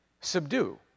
subdue